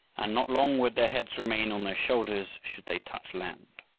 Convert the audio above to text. and not long would their heads remain on their shoulders should they touch land.